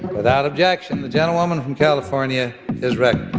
without objection, the gentlewoman from california is recognized